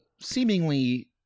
seemingly